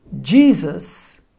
Jesus